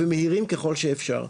ומהירים ככל שאפשר.